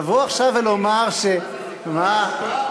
לבוא עכשיו ולומר, מה?